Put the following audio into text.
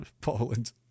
Poland